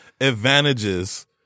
advantages